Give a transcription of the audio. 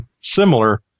similar